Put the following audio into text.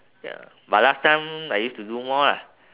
ya but last time I used to do more lah